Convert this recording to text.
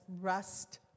rest